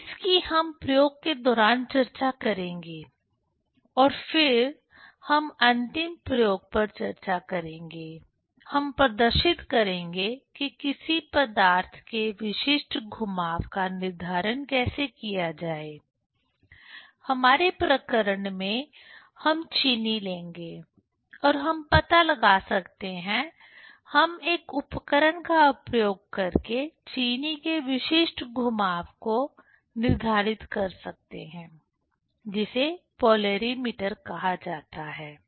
तो इसकी हम प्रयोग के दौरान चर्चा करेंगे और फिर हम अंतिम प्रयोग पर चर्चा करेंगे हम प्रदर्शित करेंगे कि किसी पदार्थ के विशिष्ट घुमाव का निर्धारण कैसे किया जाए हमारे प्रकरण में हम चीनी लेंगे और हम पता लगा सकते हैं हम एक उपकरण का उपयोग करके चीनी के विशिष्ट घुमाव को निर्धारित कर सकते हैं जिसे पोलेरीमीटर कहा जाता है